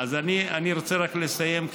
רוצה לסיים,